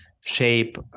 shape